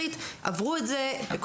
מעבר לזה, יש קשיים במצב הקיים כיום.